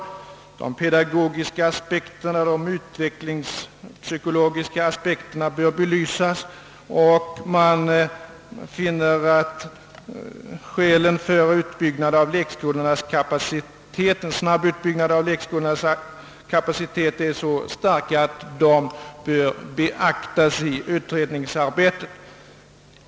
Vidare säger utskottet att de pedagogiska aspekterna och de utvecklingspsykologiska aspekterna bör belysas. Utskottet finner att skälen för en snabb utbyggnad av lek skolornas kapacitet är starka och de bör beaktas i utredningsarbetet.